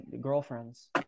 girlfriends